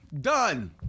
Done